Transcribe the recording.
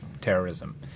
terrorism